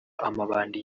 amabandi